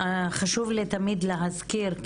חשוב לי תמיד להזכיר,